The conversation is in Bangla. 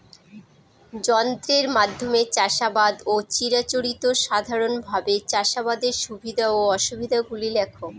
যন্ত্রের মাধ্যমে চাষাবাদ ও চিরাচরিত সাধারণভাবে চাষাবাদের সুবিধা ও অসুবিধা গুলি লেখ?